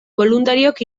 boluntariok